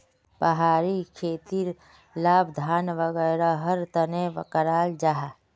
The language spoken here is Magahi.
पहाड़ी खेतीर लाभ धान वागैरहर तने कराल जाहा